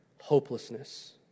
hopelessness